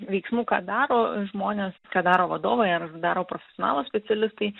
veiksmų ką daro žmonės ką daro vadovai ar daro profesionalūs specialistai